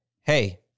Hey